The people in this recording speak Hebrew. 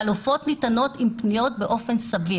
חלופות ניתנות עם פניות באופן סביר.